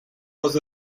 was